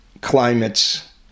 climates